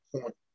point